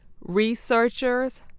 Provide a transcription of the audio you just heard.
Researchers